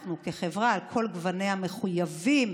אנחנו כחברה על כל גווניה מחויבים